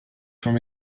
from